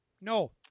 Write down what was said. No